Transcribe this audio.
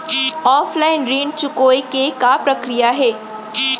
Offline ऋण चुकोय के का प्रक्रिया हे?